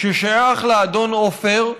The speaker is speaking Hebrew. ששייך לאדון עופר,